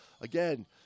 again